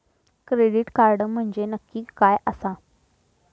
Credit card म्हंजे नक्की काय आसा?